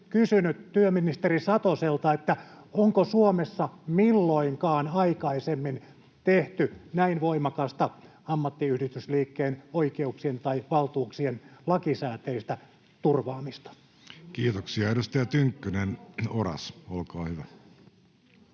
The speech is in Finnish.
kysynyt työministeri Satoselta: onko Suomessa milloinkaan aikaisemmin tehty näin voimakasta ammattiyhdistysliikkeen oikeuksien tai valtuuksien lakisääteistä turvaamista? [Krista Kiuru: Kyllä nyt oli kaukaa